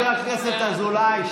לתרגם לעברית.